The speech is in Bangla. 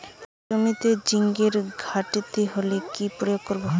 জমিতে জিঙ্কের ঘাটতি হলে কি প্রয়োগ করব?